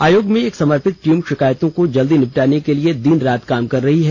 आयोग में एक समर्पित टीम शिकायतों को जल्दी निबटाने के लिए दिन रात काम कर रही है